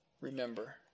remember